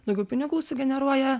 daugiau pinigų sugeneruoja